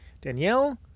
Danielle